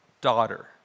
daughter